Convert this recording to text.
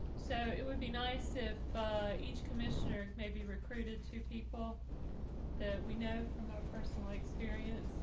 so it would be nice to each commissioner maybe recruited two people that we know from our personal experience,